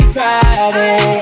Friday